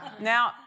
Now